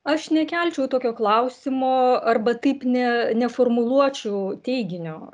aš nekelčiau tokio klausimo arba taip ne neformuluočiau teiginio